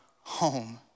home